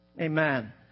Amen